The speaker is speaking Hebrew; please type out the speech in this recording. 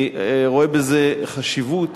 אני רואה חשיבות